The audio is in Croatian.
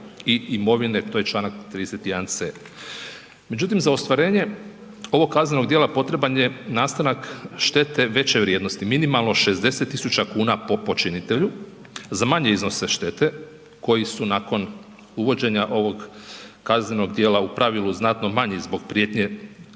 i imovine, to je čl. 31 c. Međutim za ostvarenje ovog kaznenog djela, potreban je nastanak štete veće vrijednosti, minimalno 60 000 kuna po počinitelju. Za manje iznose štete koji su nakon uvođenja ovog kaznenog djela u pravilu znatno manji zbog prijetnje